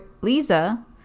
Lisa